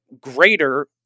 Greater